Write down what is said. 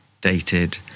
dated